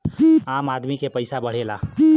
आम आदमी के पइसा बढ़ेला